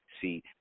See